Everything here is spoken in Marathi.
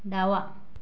डावा